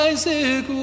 Isaac